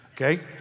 okay